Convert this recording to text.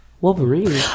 Wolverine